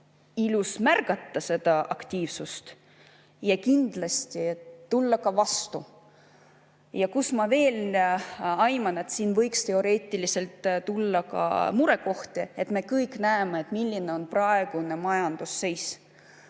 märkaks aktiivsust ja kindlasti tuleks ka vastu. Kus ma veel aiman, et võiks teoreetiliselt tulla ka murekohti? Me kõik näeme, milline on praegune majandusseis.